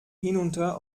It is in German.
hinunter